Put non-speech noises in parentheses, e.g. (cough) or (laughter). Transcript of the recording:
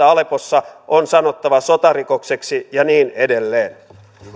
(unintelligible) aleppossa on sanottava sotarikokseksi ja niin edelleen